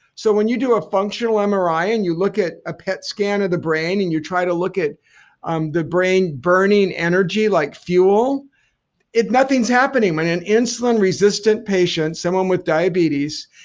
so when you do a functional ah mri and you look at a pet scan of the brain and you try to look at um the brain burning energy like fuel nothing's happening. when an insulin-resistant patient, someone with diabetes,